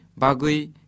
bagui